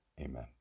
Amen